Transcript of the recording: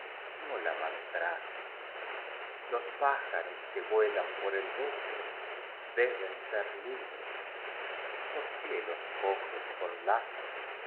no la maltrates los pájaros que vue lan por el bosque deben ser libres por qué los coges con la